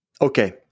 Okay